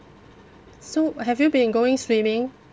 so have you been going swimming